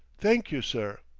thank you, sir.